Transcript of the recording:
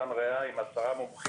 שאלה טובה.